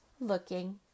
looking